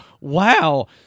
wow